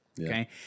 Okay